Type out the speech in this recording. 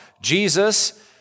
Jesus